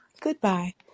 Goodbye